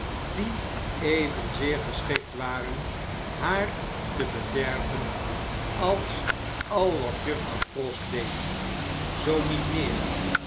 die evenzeer geschikt waren haar te bederven als al wat juffrouw pross deed zoo niet meer